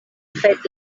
fet